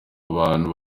abantu